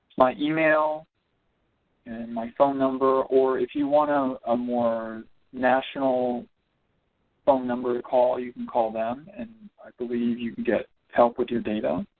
my email and my phone number or if you want a ah more national phone number call you can call them and i believe you can get help with your data